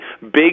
big